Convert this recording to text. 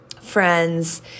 friends